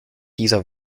dieser